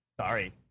Sorry